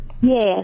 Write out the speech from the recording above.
Yes